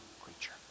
creature